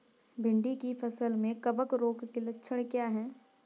भिंडी की फसल में कवक रोग के लक्षण क्या है?